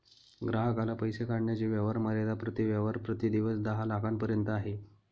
ग्राहकाला पैसे काढण्याची व्यवहार मर्यादा प्रति व्यवहार प्रति दिवस दहा लाखांपर्यंत आहे